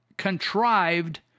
contrived